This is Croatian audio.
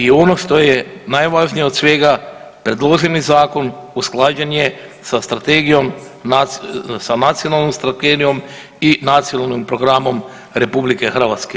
I ono što je najvažnije od svega predloženi zakon usklađen je sa strategijom, sa nacionalnom strategijom i Nacionalnim programom RH.